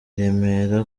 remera